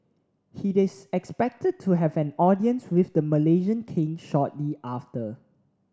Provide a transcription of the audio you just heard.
he is expected to have an audience with the Malaysian King shortly after